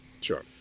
Sure